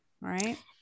Right